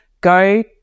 go